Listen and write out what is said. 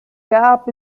cap